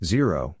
Zero